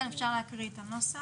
כן, אפשר להקריא את הנוסח.